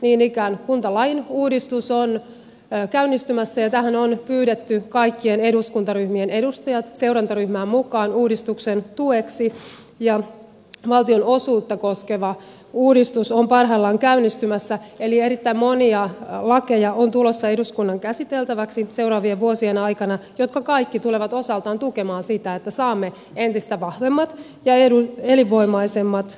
niin ikään kuntalain uudistus on käynnistymässä ja tähän on pyydetty kaikkien eduskuntaryhmien edustajat seurantaryhmään mukaan uudistuksen tueksi ja valtionosuutta koskeva uudistus on parhaillaan käynnistymässä eli eduskunnan käsiteltäväksi on tulossa seuraavien vuosien aikana erittäin monia lakeja jotka kaikki tulevat osaltaan tukemaan sitä että saamme entistä vahvemmat ja elinvoimaisemmat kunnat